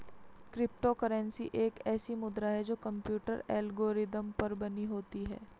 crypto currency एक ऐसी मुद्रा है जो कंप्यूटर एल्गोरिदम पर बनी होती है